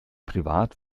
privat